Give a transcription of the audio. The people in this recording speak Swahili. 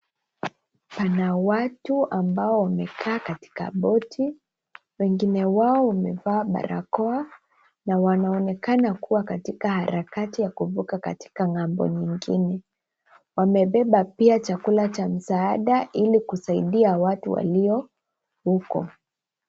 Pana watu ambao wamekaa katika boti, wengine wao wamevaa barakoa na wanaonekana kuwa katika harakati ya kuvuka katika ng'ambo nyingine. Wamebeba pia chakula cha msaada ili kusaidia watu walio huko.